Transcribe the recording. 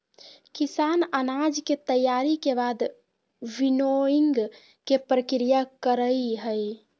किसान अनाज के तैयारी के बाद विनोइंग के प्रक्रिया करई हई